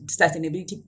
sustainability